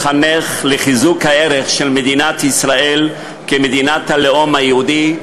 לחנך לערך של מדינת ישראל כמדינת הלאום היהודי,